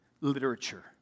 literature